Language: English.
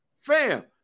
fam